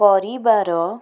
କରିବାର